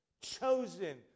Chosen